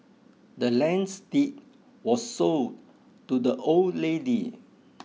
the land's deed was sold to the old lady